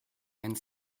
and